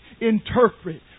interpret